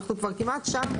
אנחנו כבר כמעט שם,